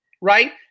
right